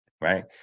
Right